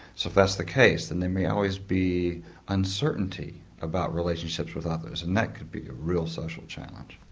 so if that's the case then there may always be uncertainty about relationships with others and that could be a real social challenge.